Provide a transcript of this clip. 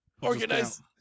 organize